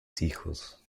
hijos